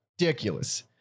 ridiculous